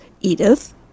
Edith